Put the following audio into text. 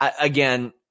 Again